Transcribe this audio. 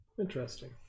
interesting